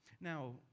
Now